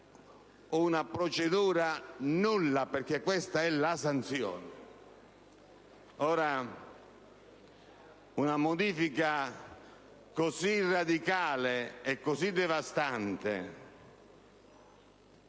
una procedura nulla, perché questa è la sanzione. Una modifica così radicale e devastante